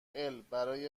البرای